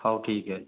ହଉ ଠିକ୍ ଅଛି